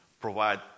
provide